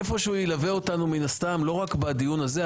ילווה אותנו לא רק בדיון הזה,